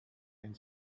and